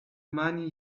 money